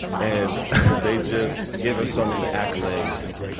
and they just and give her so many accolades